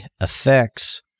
effects